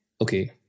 Okay